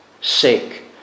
sake